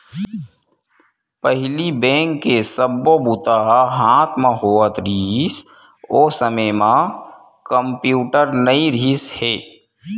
पहिली बेंक के सब्बो बूता ह हाथ म होवत रिहिस, ओ समे म कम्प्यूटर नइ रिहिस हे